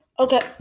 Okay